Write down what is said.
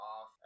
off